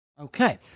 Okay